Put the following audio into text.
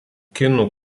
kinų